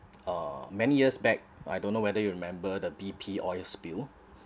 uh many years back I don't know whether you remember the B_P oil spill